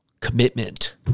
commitment